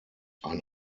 ein